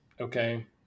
okay